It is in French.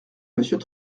monsieur